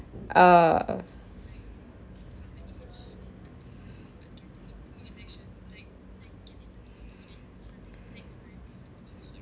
A_R_R